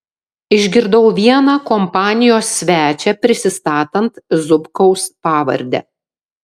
išgirdau vieną kompanijos svečią prisistatant zubkaus pavarde